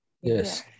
yes